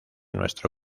nuestro